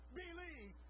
believe